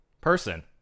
person